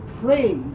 praise